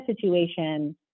situation